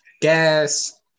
Gas